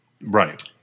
Right